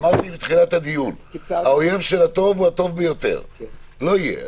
אמרתי בתחילת הדיון שהאויב של הטוב הוא הטוב ביותר - לא יהיה.